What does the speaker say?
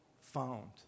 found